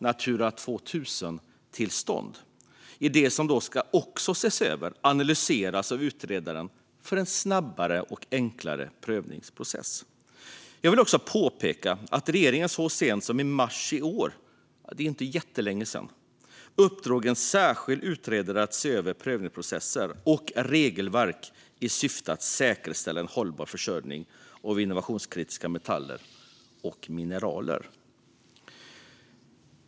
Natura 2000-tillstånd ingår i det som ska ses över och analyseras av utredaren när det gäller att få en snabbare och enklare prövningsprocess. Jag vill också påpeka att regeringen så sent som i mars i år - det är inte jättelänge sedan - gav en särskild utredare i uppdrag att se över prövningsprocesser och regelverk i syfte att säkerställa en hållbar försörjning av innovationskritiska metaller och mineral.